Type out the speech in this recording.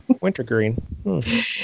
wintergreen